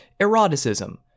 eroticism